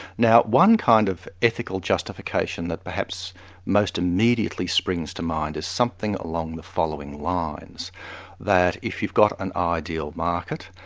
now one kind of ethical justification that perhaps most immediately springs to mind is something along the following lines that if you've got an ideal market,